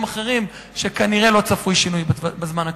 אחרים שכנראה לא צפוי שינוי בזמן הקרוב.